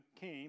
came